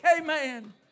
Amen